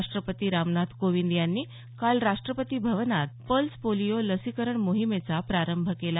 राष्ट्रपती रामनाथ कोविंद यांनी काल राष्ट्रपती भवनात पल्स पोलिओ लसीकरण मोहीमेचा प्रारंभ केला